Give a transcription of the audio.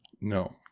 no